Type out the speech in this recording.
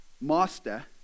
master